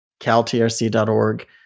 caltrc.org